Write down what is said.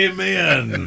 Amen